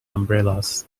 umbrellas